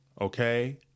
Okay